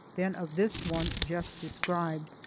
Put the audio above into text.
then of this one just described.